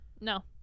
no